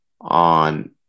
on